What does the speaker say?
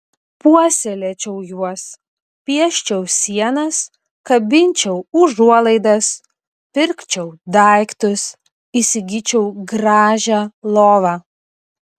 puoselėčiau juos pieščiau sienas kabinčiau užuolaidas pirkčiau daiktus įsigyčiau gražią lovą